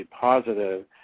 positive